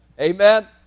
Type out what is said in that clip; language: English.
amen